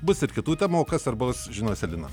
bus ir kitų temų o kas svarbaus žiniose lina